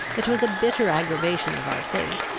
it was a bitter aggravation of our fate,